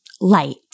light